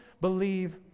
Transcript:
believe